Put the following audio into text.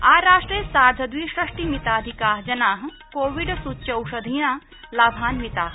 आराष्ट्रे सार्धद्विषष्टिमिताधिका जना कोविड सूच्यौषधिना लाभान्विता